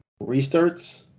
restarts